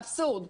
אבסורד.